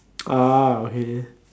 ah okay